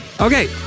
Okay